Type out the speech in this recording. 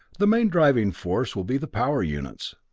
the main driving force will be the power units.